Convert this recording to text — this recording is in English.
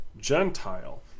Gentile